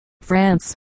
France